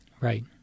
Right